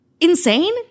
insane